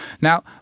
Now